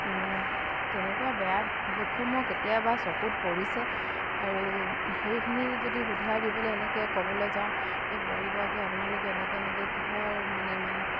তেনেকুৱা বেয়া কেতিয়াবা চকুত পৰিছে আৰু সেইখিনি যদি শুধৰাই দিবলে এনেকে ক'বলৈ যাওঁ এই বোৱাৰীগৰাকীয়ে আপোনালোকে এনেকে এনেকে কিহৰ মানে ইমান